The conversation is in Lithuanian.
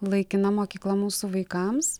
laikina mokykla mūsų vaikams